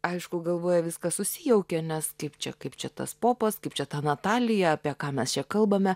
aišku galvoj viskas susijaukia nes kaip čia kaip čia tas popas kaip čia ta natalija apie ką mes čia kalbame